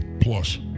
Plus